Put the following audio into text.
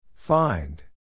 Find